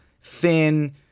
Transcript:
thin